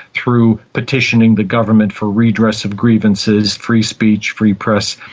through petitioning the government for redress of grievances, free speech, free press,